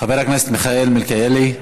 חבר הכנסת מיכאל מלכיאלי,